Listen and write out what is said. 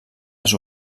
les